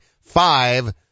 five